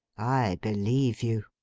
i believe you!